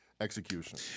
execution